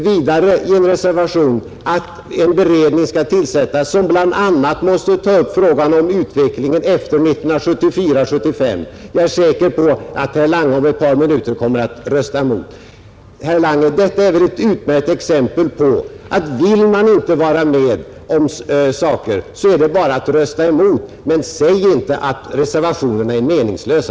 Vidare föreslår vi i en reservation att en beredning skall tillsättas, som bl.a. tar upp frågan om utvecklingen efter 1974/75, och jag är säker på att herr Lange om ett par minuter kommer att rösta emot även det förslaget. Detta, herr Lange, är väl ett utmärkt exempel på att vill man inte vara med om någonting, så är det bara att rösta emot. Men säg inte att reservationerna är meningslösa!